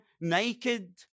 naked